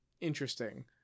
interesting